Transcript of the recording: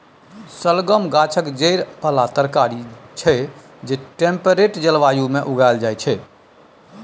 शलगम गाछक जड़ि बला तरकारी छै जे टेम्परेट जलबायु मे उगाएल जाइ छै